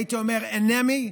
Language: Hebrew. הייתי אומר: האנמי,